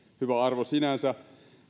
hyvä arvo sinänsä